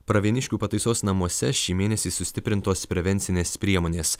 pravieniškių pataisos namuose šį mėnesį sustiprintos prevencinės priemonės